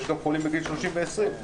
יש גם חולים בגיל 30 ו-20.